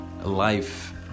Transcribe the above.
life